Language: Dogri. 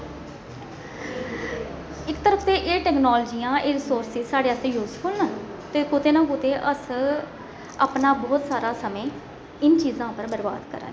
इक तरफ ते एह् टैक्नोलाजियां एह् रिसोर्सिस साढ़े आस्तै यूसफुल ना ते कुतै ना कुतै अस अपना बहुत बहुत सारा समय इन चीजें उप्पर बरबाद करा ने आं